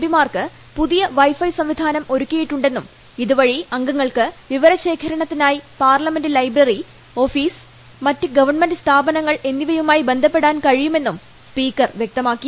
P മാർക്ക് പുതിയ wifi സംവിധാനം ഒരുക്കിയിട്ടുണ്ടെന്നും ഇതുവഴി അംഗങ്ങൾക്ക് വിവരശേഖരണത്തിനായി പാർലമെന്റ് ലൈബ്രറി ഓഫീസ് മറ്റ് ഗവൺമെന്റ് സ്ഥാപനങ്ങൾ എന്നിവയുമായി ബന്ധപ്പെടാൻ കഴിയുമെന്നും സ്പീക്കർ വ്യക്തമാക്കി